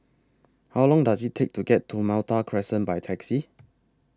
How Long Does IT Take to get to Malta Crescent By Taxi